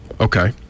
Okay